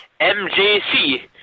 MJC